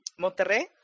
Monterrey